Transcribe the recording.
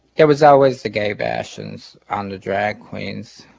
there was always the gay bashes on the drag queens